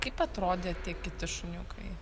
kaip atrodė tie kiti šuniukai